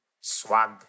swag